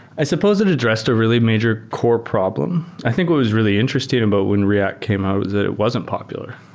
i suppose it addressed a really major core problem. i think what was really interesting about when react came out was it it wasn't popular.